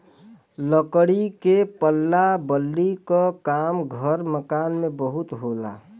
लकड़ी के पल्ला बल्ली क काम घर मकान में बहुत होला